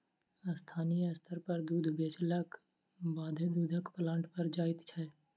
स्थानीय स्तर पर दूध बेचलाक बादे दूधक प्लांट पर जाइत छै